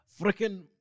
freaking